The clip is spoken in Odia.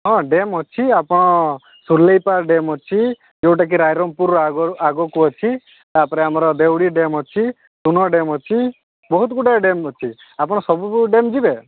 ହଁ ଡେମ୍ ଅଛି ଆପଣ ସୁଲେଇପା ଡେମ୍ ଅଛି ଯୋଉଟା କି ରାଇରମପୁର ଆଗକୁ ଅଛି ତା'ପରେ ଆମର ଦେଉଡ଼ି ଡେମ୍ ଅଛି ସୁନ ଡେମ୍ ଅଛି ବହୁତ ଗୁଡ଼ାଏ ଡେମ୍ ଅଛି ଆପଣ ସବୁ ଡେମ୍ ଯିବେ